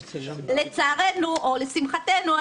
לצערנו או לשמחתנו,